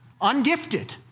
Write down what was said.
ungifted